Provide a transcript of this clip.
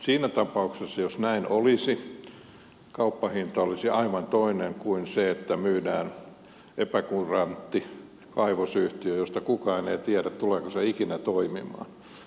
siinä tapauksessa jos näin olisi kauppahinta olisi aivan toinen kuin se että myydään epäkurantti kaivosyhtiö josta kukaan ei tiedä tuleeko se ikinä toimimaan